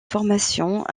formations